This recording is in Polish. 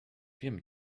wiem